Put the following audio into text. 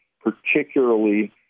particularly